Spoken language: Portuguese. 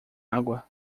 água